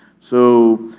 so,